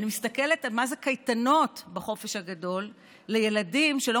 אני מסתכלת על מה זה קייטנות בחופש הגדול לילדים שלא